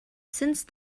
since